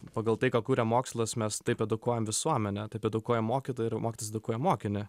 pagal tai ką kuria mokslas mes taip edukuojam visuomenę taip edukuojam mokytoją ir mokytojas edukuoja mokinį